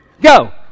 go